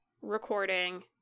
recording